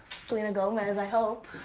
selena gomez, i hope.